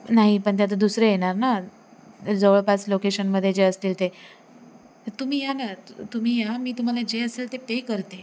नाही पण ते आता दुसरे येणार ना जवळपास लोकेशनमध्ये जे असतील ते तुम्ही या ना तु तुम्ही या मी तुम्हाला जे असेल ते पे करते